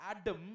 Adam